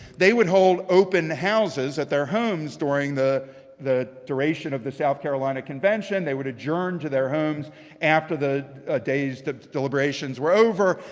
they would hold open houses at their homes during the the duration of the south carolina convention. they would adjourn to their homes after the ah day's deliberations were over.